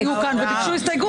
ב-13:15 היו כאן וביקשו הסתייגות.